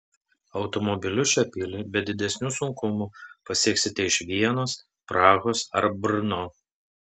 automobiliu šią pilį be didesnių sunkumų pasieksite iš vienos prahos ar brno